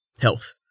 Health